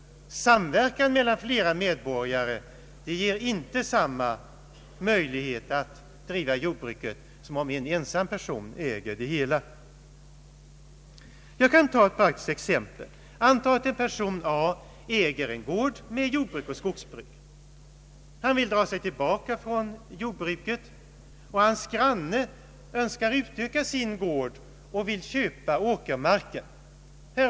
Samverkan mellan flera medborgare ger inte samma möjlighet att driva jordbruket som om en ensam person äger det hela! Jag kan ta ett praktiskt exempel. Antag att en person A äger en gård med jordbruk och skogsbruk. Han vill dra sig tillbaka från jordbruket, och hans granne önskar utöka sin gård och vill köpa åkermarken.